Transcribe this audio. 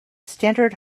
standard